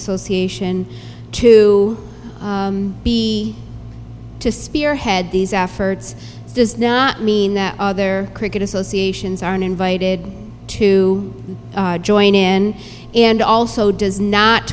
association to be to spearhead these efforts does not mean that other cricket associations are invited to join in and also does not